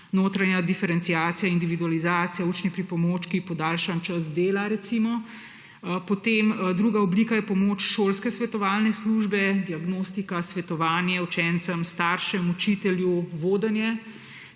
notranja diferenciacija, individualizacija, učni pripomočki, podaljšan čas dela recimo. Potem druga oblika je pomoč šolske svetovalne službe: diagnostika, svetovanje učencem, staršem, učitelju, vodenje.